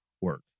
work